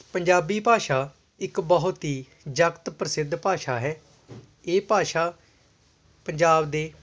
ਪੰਜਾਬੀ ਭਾਸ਼ਾ ਇੱਕ ਬਹੁਤ ਹੀ ਜਗਤ ਪ੍ਰਸਿੱਧ ਭਾਸ਼ਾ ਹੈ ਇਹ ਭਾਸ਼ਾ ਪੰਜਾਬ ਦੇ